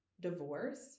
divorce